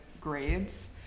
grades